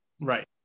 Right